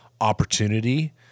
opportunity